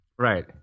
Right